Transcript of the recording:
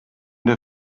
der